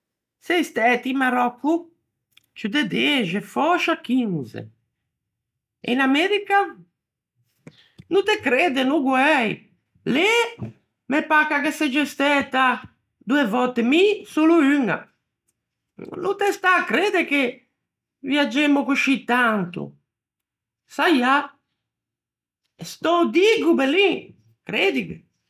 "...sei stæti in Maròcco?". "Ciù de dexe, fòscia chinze". "E in America?". "No te credde, no guæi. Lê, me pâ che a ghe segge anæta doe vòtte, mi solo uña. No te stâ à credde che viagemmo coscì tanto". "Saià!". "E se t'ô diggo, bellin, creddighe!".